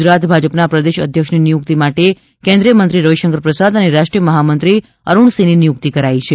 ગુજરાત ભાજપના પ્રદેશ અધ્યક્ષની નિયુક્તિ માટે કેન્દ્રીય મંત્રી રવિશંકર પ્રસાદ અને રાષ્ટ્રીય મહામંત્રી અરૂણસિંહની નિયુક્તિ કરાઇ છે